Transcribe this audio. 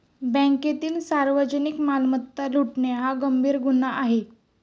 बँकेतील सार्वजनिक मालमत्ता लुटणे हा गंभीर गुन्हा आहे